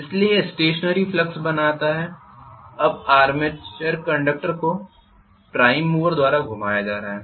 इसलिए यह stationary flux बनाता है अब आर्मेचर कंडक्टर को प्राइम मूवर द्वारा घुमाया जा रहा है